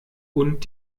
und